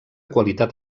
qualitat